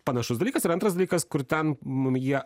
panašus dalykas ir antras dalykas kur ten mum jie